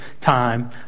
time